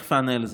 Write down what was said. תכף אענה על זה.